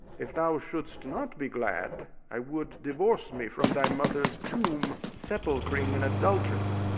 if thou shouldst not be glad, i would divorce me from thy mother's tomb, sepulchring an adultress.